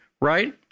right